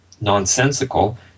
nonsensical